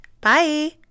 Bye